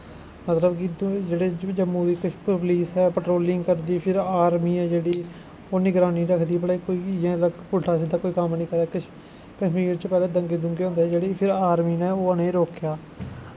मतलब कि जेह्ड़े जम्मू दी पुलस ऐ ओह् पैट्रोलिंग करदी फिर आर्मी ऐ जेह्ड़ी ओह् निगरानी रखदी भला इ'यां भुट्ठा सिद्दा कोई कम्म निं करै कश्मीर दे दंगे शंदे होंदे हे फिर आर्मी नै ओह् उ'नेंगी रोकेआ